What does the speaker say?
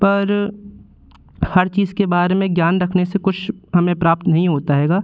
पर हर चीज़ के बारे में ज्ञान रखने से कुछ हमें प्राप्त नहीं होता हैगा